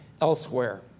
elsewhere